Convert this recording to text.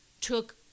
took